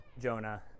Jonah